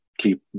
keep